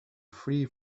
free